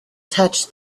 touched